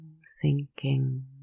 sinking